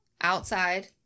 outside